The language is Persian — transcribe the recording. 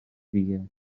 دیگه